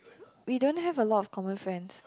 we don't have a lot of common friends